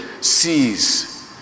sees